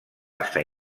estar